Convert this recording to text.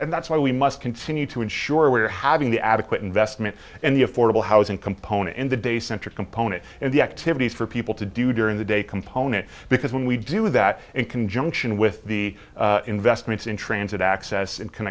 and that's why we must continue to ensure we're having the adequate investment and the affordable housing component in the days center component and the activities for people to do during the day component because when we do that in conjunction with the investments in transit access and